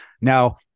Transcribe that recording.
Now